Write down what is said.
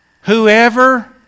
Whoever